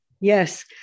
Yes